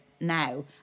now